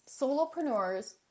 solopreneurs